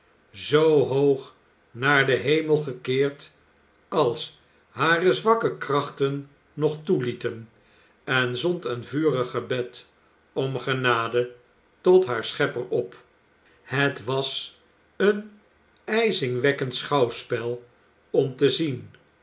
zoo hoog naar den hemel gekeerd als hare zwakke krachten nog toelieten en zond een vurig gebed om genade tot haar schepper op het was een ijzingwekkend schouwspel om te zien